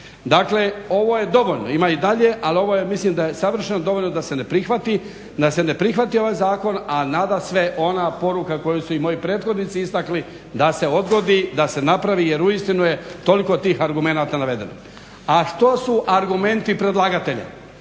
Dakle, ovo je dovoljno. Ima i dalje, ali ovo mislim da je savršeno dovoljno da se ne prihvati ovaj zakon, a nadasve ona poruka koju su i moji prethodnici istakli da se odgodi, da se napravi jer uistinu je toliko tih argumenata navedeno. A što su argumenti predlagatelja?